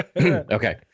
Okay